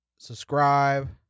subscribe